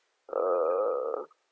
uh